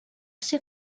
ser